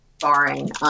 barring